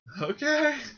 okay